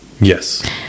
yes